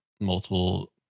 multiple